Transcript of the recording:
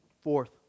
Fourth